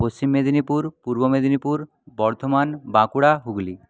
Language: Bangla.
পশ্চিম মেদিনীপুর পূর্ব মেদিনীপুর বর্ধমান বাঁকুড়া হুগলী